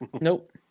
Nope